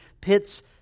pits